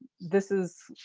this is,